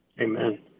Amen